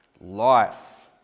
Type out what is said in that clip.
life